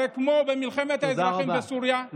הרי כמו במלחמת האזרחים בסוריה, תודה רבה.